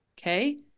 Okay